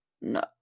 no